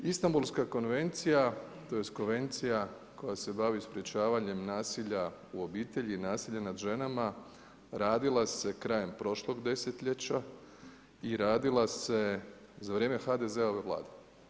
Istanbulska konvencija, tj. konvencija koja se bavi sprječavanjem nasilja u obitelji i nasilja nad ženama radila se krajem prošlog desetljeća i radila se za vrijeme HDZ-ove Vlade.